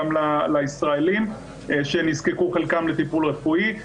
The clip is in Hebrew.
גם לישראלים שנזקקו חלקם לטיפול רפואי.